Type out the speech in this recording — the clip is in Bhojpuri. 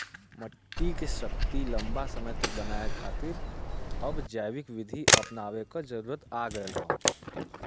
मट्टी के शक्ति लंबा समय तक बनाये खातिर अब जैविक विधि अपनावे क जरुरत आ गयल हौ